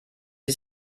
sie